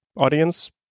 audience